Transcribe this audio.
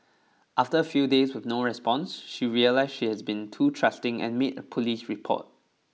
after a few days with no response she realised she has been too trusting and made a police report